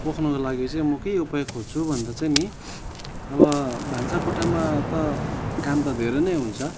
पोख्नुको लागि चाहिँ म के उपाय खोज्छु भन्दा चाहिँ नि अब भान्सा कोठामा त काम त धेरै नै हुन्छ